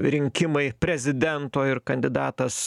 rinkimai prezidento ir kandidatas